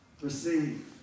Receive